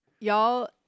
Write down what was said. Y'all